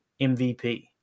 MVP